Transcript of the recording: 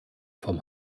vom